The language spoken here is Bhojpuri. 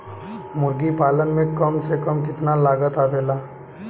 मुर्गी पालन में कम से कम कितना लागत आवेला?